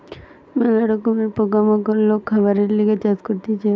ম্যালা রকমের পোকা মাকড় লোক খাবারের লিগে চাষ করতিছে